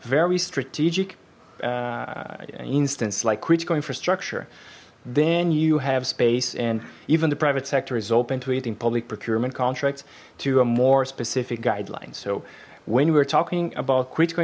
very strategic instance like critical infrastructure then you have space and even the private sector is open to it in public procurement contracts to a more specific guideline so when we are talking about critical